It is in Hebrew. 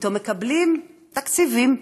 ופתאום מקבלים תקציבים,